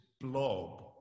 blob